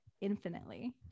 infinitely